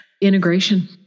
integration